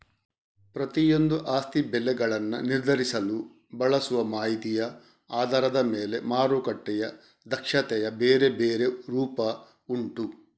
ಪ್ರತಿಯೊಂದೂ ಆಸ್ತಿ ಬೆಲೆಗಳನ್ನ ನಿರ್ಧರಿಸಲು ಬಳಸುವ ಮಾಹಿತಿಯ ಆಧಾರದ ಮೇಲೆ ಮಾರುಕಟ್ಟೆಯ ದಕ್ಷತೆಯ ಬೇರೆ ಬೇರೆ ರೂಪ ಉಂಟು